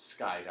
skydiving